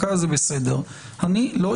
ואנחנו רוצים